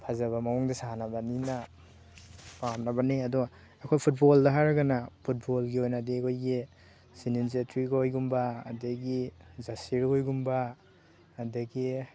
ꯐꯖꯕ ꯃꯑꯣꯡꯗ ꯁꯥꯟꯅꯕꯅꯤꯅ ꯄꯥꯝꯅꯕꯅꯤ ꯑꯗꯣ ꯑꯩꯈꯣꯏ ꯐꯨꯠꯕꯣꯜꯗ ꯍꯥꯏꯔꯒꯅ ꯐꯨꯠꯕꯣꯜꯒꯤ ꯑꯣꯏꯅꯗꯤ ꯑꯩꯈꯣꯏꯒꯤ ꯁꯨꯅꯤꯟ ꯆꯦꯇ꯭ꯔꯤ ꯍꯣꯏꯒꯨꯃꯕ ꯑꯗꯒꯤ ꯖꯁꯤꯔ ꯍꯣꯏꯒꯨꯝꯕ ꯑꯗꯒꯤ